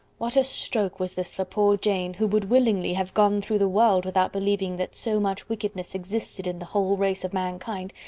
what a stroke was this for poor jane! who would willingly have gone through the world without believing that so much wickedness existed in the whole race of mankind,